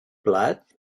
plat